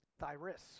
Thyris